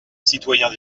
citoyens